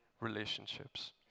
relationships